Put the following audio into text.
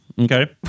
Okay